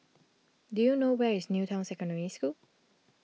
do you know where is New Town Secondary School